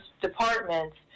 departments